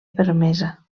permesa